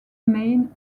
main